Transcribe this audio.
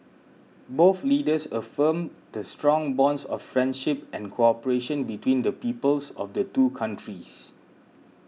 both leaders affirmed the strong bonds of friendship and cooperation between the peoples of the two countries